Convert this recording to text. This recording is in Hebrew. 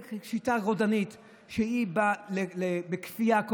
שיטה רודנית שהיא באה לעשות בכפייה.